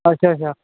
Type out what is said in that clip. अच्छा अच्छा